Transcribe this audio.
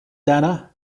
dana